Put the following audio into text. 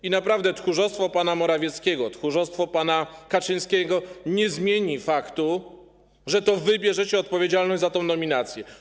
I naprawdę tchórzostwo pana Morawieckiego, tchórzostwo pana Kaczyńskiego nie zmieni faktu, że to wy bierzecie odpowiedzialność za tą nominację.